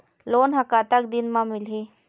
Loan ह कतक दिन मा मिलही?